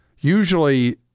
usually